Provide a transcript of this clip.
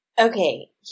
Okay